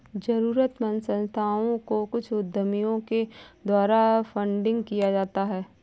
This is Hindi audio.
जरूरतमन्द संस्थाओं को कुछ उद्यमियों के द्वारा फंडिंग किया जाता है